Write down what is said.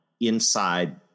inside